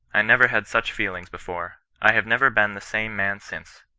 i never had such feelings before. i have never been the same man since.